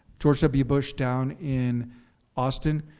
george w. bush down in austin,